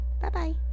Bye-bye